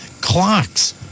clocks